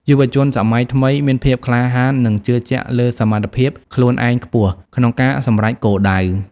យុវជនសម័យថ្មីមានភាពក្លាហាន និងជឿជាក់លើសមត្ថភាពខ្លួនឯងខ្ពស់ក្នុងការសម្រេចគោលដៅ។